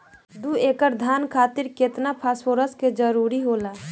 दु एकड़ धान खातिर केतना फास्फोरस के जरूरी होला?